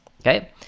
Okay